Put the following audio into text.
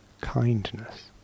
kindness